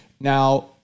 Now